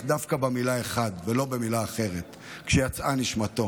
דווקא במילה "אחד" ולא במילה אחרת כשיצאה נשמתו?